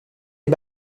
est